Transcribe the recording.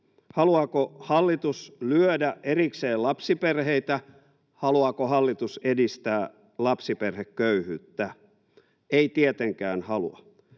Haluaako hallitus lyödä erikseen lapsiperheitä? Haluaako hallitus edistää lapsiperheköyhyyttä? Ei tietenkään halua.